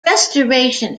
restoration